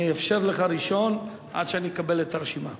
אני אאפשר לך ראשון עד שאני אקבל את הרשימה.